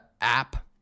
app